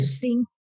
think-